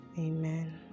Amen